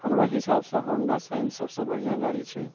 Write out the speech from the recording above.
हमरा हिसाबसँ Honda Shine सभसँ बढ़िआँ गाड़ी छै